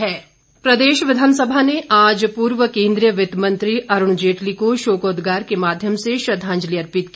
श्रद्वांजलि प्रदेश विधानसभा ने आज पूर्व केंद्रीय वित्त मंत्री अरुण जेटली को शोकोद्गार के माध्यम से श्रद्वांजलि अर्पित की